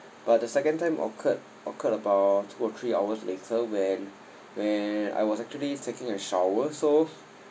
but the second time occurred occurred about two or three hours later when where I was actually taking a shower so